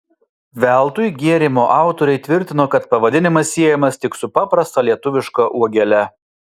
veltui gėrimo autoriai tvirtino kad pavadinimas siejamas tik su paprasta lietuviška uogele